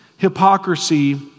hypocrisy